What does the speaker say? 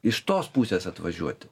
iš tos pusės atvažiuoti